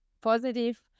positive